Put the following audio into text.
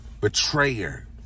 betrayer